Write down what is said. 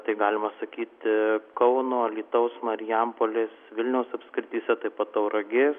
tai galima sakyti kauno alytaus marijampolės vilniaus apskrityse taip pat tauragės